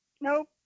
Nope